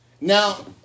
Now